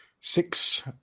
six